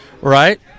right